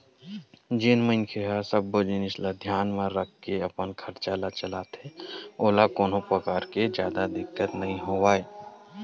जेन मनखे ह सब्बो जिनिस ल धियान म राखके अपन खरचा ल चलाथे ओला कोनो परकार ले जादा दिक्कत नइ होवय